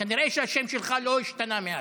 כנראה שהשם שלך לא השתנה מאז.